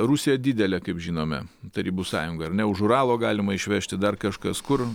rusija didelė kaip žinome tarybų sąjunga ar ne už uralo galima išvežti dar kažkas kur